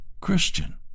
Christian